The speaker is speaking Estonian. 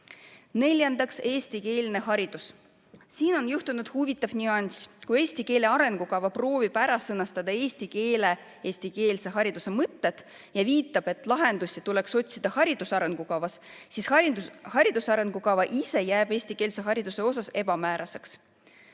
eestikeelne haridus. Siin on huvitav nüanss. Kui eesti keele arengukava proovib ära sõnastada eestikeelse hariduse mõtted ja viitab, et lahendusi tuleks otsida hariduse arengukavast, siis hariduse arengukava ise jääb eestikeelse hariduse osas ebamääraseks.